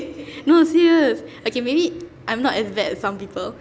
no serious okay maybe I'm not as bad as some people